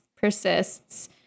persists